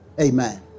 Amen